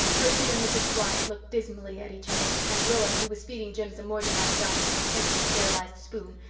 gertrude and mrs. blythe looked dismally at each other, and rilla, who was feeding jims a morganized diet from a carefully sterilized spoon,